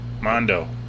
Mondo